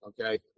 okay